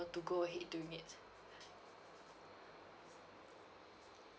to go ahead doing it